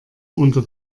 unter